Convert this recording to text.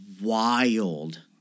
wild